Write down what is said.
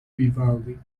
vivaldi